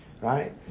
Right